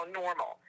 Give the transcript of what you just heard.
normal